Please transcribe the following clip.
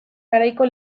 garaiko